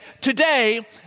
today